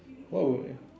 what would